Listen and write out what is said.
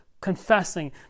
confessing